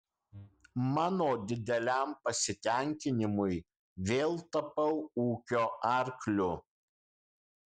mano dideliam pasitenkinimui vėl tapau ūkio arkliu